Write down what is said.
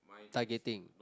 targeting